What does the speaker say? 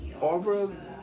Over